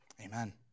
Amen